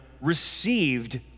received